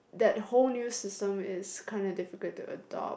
that whole new system is kinda difficult to adopt